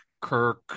Kirk